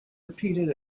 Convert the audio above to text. repeated